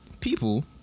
People